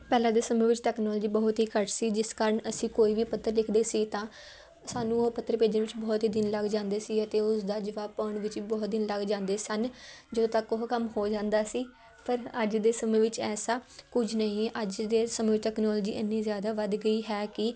ਪਹਿਲਾਂ ਦੇ ਸਮੇਂ ਵਿੱਚ ਤੈਕਨੋਲਜੀ ਬਹੁਤ ਹੀ ਘੱਟ ਸੀ ਜਿਸ ਕਾਰਨ ਅਸੀਂ ਕੋਈ ਵੀ ਪੱਤਰ ਲਿਖਦੇ ਸੀ ਤਾਂ ਸਾਨੂੰ ਉਹ ਪੱਤਰ ਭੇਜਣ ਵਿੱਚ ਬਹੁਤ ਹੀ ਦਿਨ ਲੱਗ ਜਾਂਦੇ ਸੀ ਅਤੇ ਉਸਦਾ ਜਵਾਬ ਪਾਉਣ ਵਿੱਚ ਬਹੁਤ ਦਿਨ ਲੱਗ ਜਾਂਦੇ ਸਨ ਜਦੋਂ ਤੱਕ ਉਹ ਕੰਮ ਹੋ ਜਾਂਦਾ ਸੀ ਪਰ ਅੱਜ ਦੇ ਸਮੇਂ ਵਿੱਚ ਐਸਾ ਕੁਝ ਨਹੀਂ ਅੱਜ ਦੇ ਸਮੇਂ ਵਿੱਚ ਤੈਕਨੋਲਜੀ ਇੰਨੀ ਜ਼ਿਆਦਾ ਵੱਧ ਗਈ ਹੈ ਕਿ